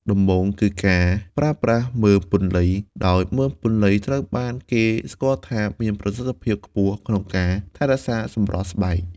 ដំបូងគឺការប្រើប្រាស់មើមពន្លៃ ដោយមើមពន្លៃ ត្រូវបានគេស្គាល់ថាមានប្រសិទ្ធភាពខ្ពស់ក្នុងការថែរក្សាសម្រស់ស្បែក។